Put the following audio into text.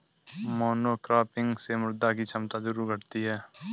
monocropping से मृदा की क्षमता जरूर घटती है